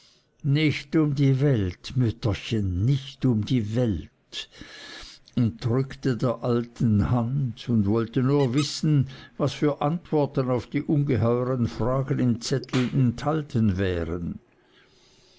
nicht um die welt mütterchen nicht um die welt und drückte der alten hand und wollte nur wissen was für antworten auf die ungeheuren fragen im zettel enthalten wären